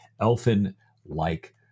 elfin-like